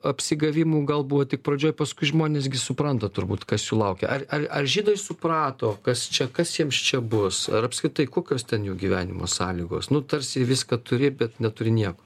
apsigavimų gal buvo tik pradžioj paskui žmonės gi supranta turbūt kas jų laukia ar ar ar žydai suprato kas čia kas jiems čia bus ar apskritai kokios ten jų gyvenimo sąlygos nu tarsi viską turi bet neturi nieko